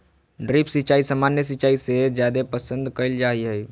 drip सिंचाई सामान्य सिंचाई से जादे पसंद कईल जा हई